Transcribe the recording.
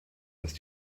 ist